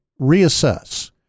reassess